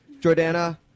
Jordana